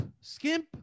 skimp